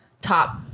top